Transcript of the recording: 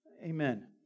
Amen